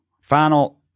final